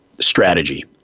strategy